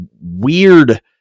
weird